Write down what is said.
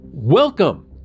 Welcome